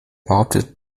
behauptet